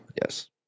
Yes